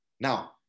Now